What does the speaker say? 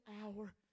hour